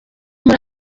muri